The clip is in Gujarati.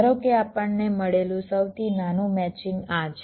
ધારો કે આપણને મળેલું સૌથી નાનું મેચિંગ આ છે